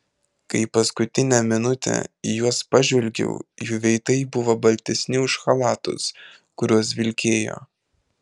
kai paskutinę minutę į juos pažvelgiau jų veidai buvo baltesni už chalatus kuriuos vilkėjo